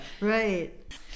Right